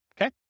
okay